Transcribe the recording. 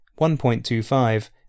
1.25